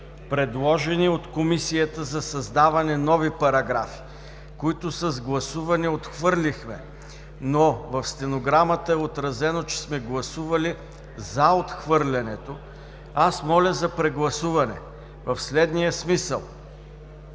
предложение от Комисията за създаване на нови параграфи, които с гласуване отхвърлихме, но в стенограмата е отразено, че сме гласували за отхвърлянето, моля за прегласуване в следния смисъл.